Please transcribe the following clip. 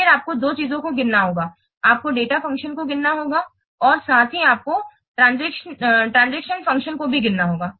फिर आपको दो चीजों को गिनना होगा आपको डेटा फ़ंक्शन को गिनना होगा और साथ ही आपको ट्रांजेक्शनल फ़ंक्शन को भी गिनना होगा